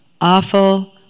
awful